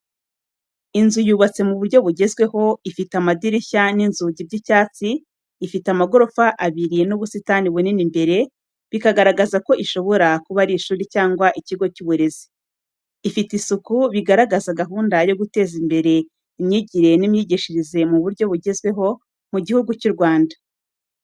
Inzu yubatse mu buryo bugezweho, ifite amadirishya n'inzugi by’icyatsi, ifite amagorofa abiri n’ubusitani bunini imbere, bikagaragaza ko ishobora kuba ari ishuri cyangwa ikigo cy’uburezi. Ifite isuku, bigaragaza gahunda yo guteza imbere imyigire n’imyigishirize mu buryo bugezweho mu gihugu cy'u Rwanda.